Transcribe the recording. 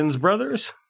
brothers